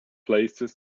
places